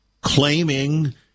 claiming